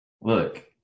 Look